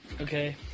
okay